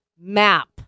map